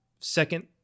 second